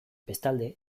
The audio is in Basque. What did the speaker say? bestalde